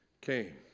came